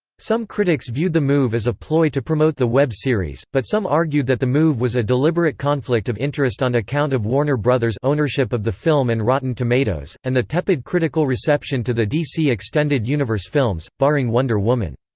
some critics viewed the move as a ploy to promote the web series, but some argued that the move was a deliberate conflict of interest on account of warner bros ownership of the film and rotten tomatoes, and the tepid critical reception to the dc extended universe films, barring wonder woman.